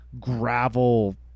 gravel